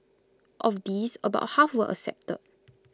of these about half were accepted